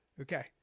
okay